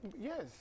yes